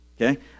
Okay